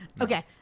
okay